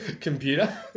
computer